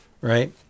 right